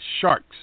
Sharks